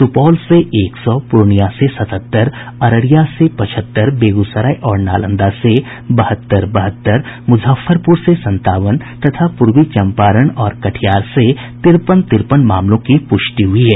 सुपौल से एक सौ पूर्णिया से सतहत्तर अररिया से पचहत्तर बेगूसराय और नालंदा से बहत्तर बहत्तर मुजफ्फरपुर से संतावन तथा पूर्वी चंपारण और कटिहार से तिरपन तिरपन मामलों की पुष्टि हुई है